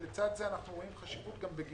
אבל לצד זה אנחנו רואים חשיבות בגיוון.